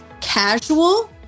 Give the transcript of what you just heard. casual